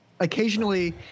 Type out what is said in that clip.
Occasionally